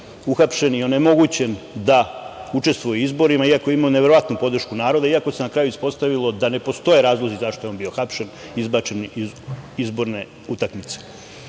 onemogućen da učestvuje u izborima, iako je imao neverovatnu podršku naroda, iako se na kraju ispostavilo da ne postoje razlozi zašto je bio hapšen, izbačen iz izborne utakmice.